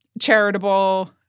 charitable